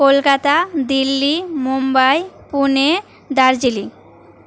Kolkata Delhi Mumbai Pune Darjeeling